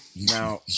now